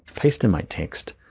paste in my text,